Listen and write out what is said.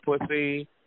pussy